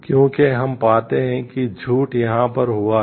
क्योंकि हम पाते हैं कि झूठ यहाँ पर हुआ है